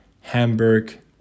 Hamburg